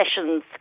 sessions